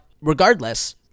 regardless